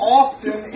often